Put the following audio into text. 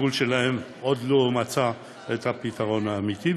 הטיפול בהם עוד לא מצא פתרון אמיתי,